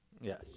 Yes